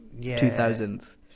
2000s